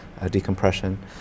decompression